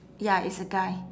ya it's a guy